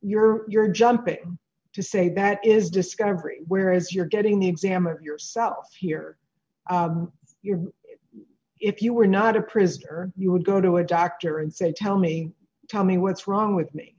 exam you're jumping to say that is discovery whereas you're getting the exam of yourself here you're if you're not a prisoner you would go to a doctor and say tell me tell me what's wrong with me